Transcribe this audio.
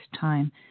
time